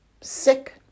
sick